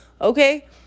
Okay